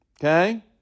Okay